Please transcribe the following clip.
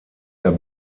der